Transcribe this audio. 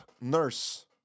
nurse